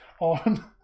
on